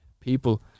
people